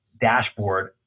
dashboard